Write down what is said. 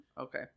Okay